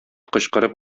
кычкырып